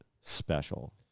special